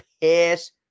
piss